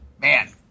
Man